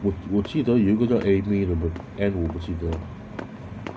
我我记得有一个叫 amy 的 mah anne 我不记得